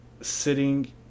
sitting